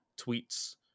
tweets